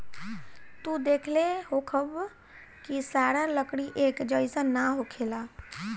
तू देखले होखबऽ की सारा लकड़ी एक जइसन ना होखेला